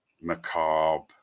macabre